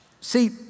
See